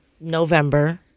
November